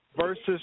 versus